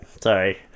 sorry